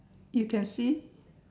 you can see